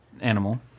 animal